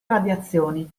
radiazioni